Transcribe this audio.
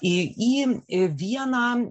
į vieną